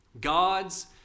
God's